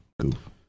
Goof